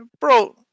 Bro